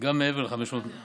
גם מעבר ל-500 מטר,